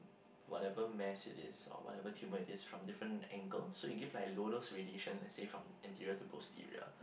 whatever mass it is or whatever tumour it is from different angles so you give like loadal radiation let's say anterior to posterior